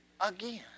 again